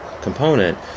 component